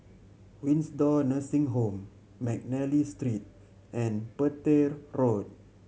Windsor Nursing Home McNally Street and Petir Road